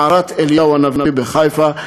מערת אליהו הנביא בחיפה,